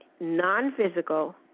non-physical